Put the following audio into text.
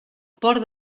port